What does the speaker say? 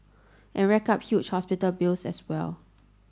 and rack up huge hospital bills as well